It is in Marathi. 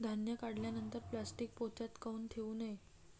धान्य काढल्यानंतर प्लॅस्टीक पोत्यात काऊन ठेवू नये?